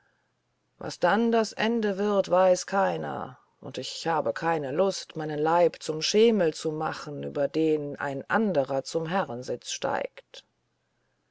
was dann das ende wird weiß keiner und ich habe keine lust meinen leib zum schemel zu machen über den ein anderer zum herrensitz steigt